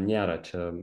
nėra čia